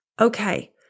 Okay